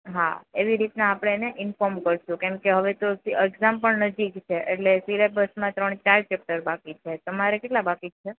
હા એવી રીતના આપણે એને ઇન્ફોર્મ કરીશું કેમ કે હવે તો એક્જામ પણ નજીક છે એટલે સિલેબસમાં ત્રણ ચાર ચેપ્ટર બાકી છે તમારે કેટલા બાકી છે